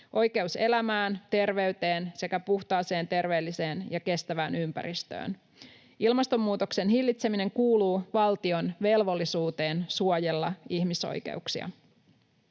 oikeus elämään, terveyteen sekä puhtaaseen, terveelliseen ja kestävään ympäristöön. Ilmastonmuutoksen hillitseminen kuuluu valtion velvollisuuteen suojella ihmisoikeuksia.